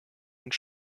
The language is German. und